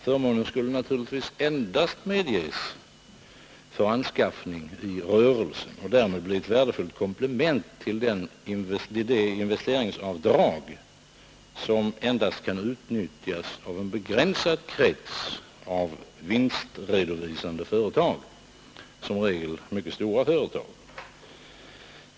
Förmånen skulle naturligtvis endast medges för anskaffning i rörelsen, och därmed skulle den bli ett värdefullt komplement till det investeringsavdrag som endast kan utnyttjas av en begränsad krets av vinstredovisande företag, som regel mycket stora företag.